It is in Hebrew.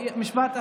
אוקיי, משפט אחרון.